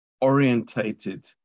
orientated